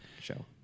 show